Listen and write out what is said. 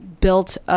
built